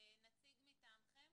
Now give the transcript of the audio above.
נציג מטעמכם?